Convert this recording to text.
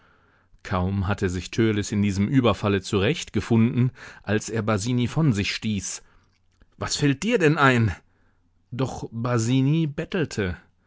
kaum hatte sich törleß in diesem überfalle zurechtgefunden als er basini von sich stieß was fällt dir denn ein doch basini bettelte